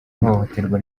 ihohoterwa